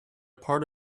part